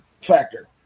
factor